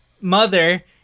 mother